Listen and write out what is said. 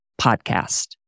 podcast